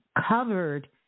covered